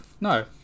No